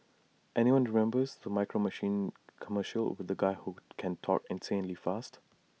anyone remember the micro machines commercials with the guy who can talk insanely fast